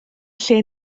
lle